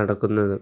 നടക്കുന്നത്